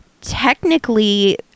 technically